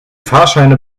fahrscheine